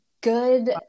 good